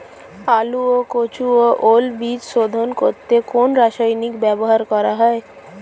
আলু ও কচু ও ওল বীজ শোধন করতে কোন রাসায়নিক ব্যবহার করা হয়?